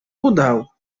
udał